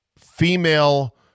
female